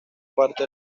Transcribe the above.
parte